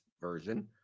version